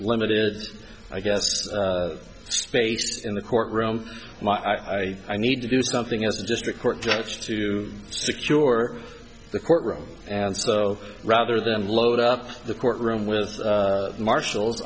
limited i guess space in the courtroom and i need to do something as a district court judge to secure the courtroom and so rather than load up the courtroom with marshals